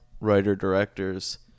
writer-directors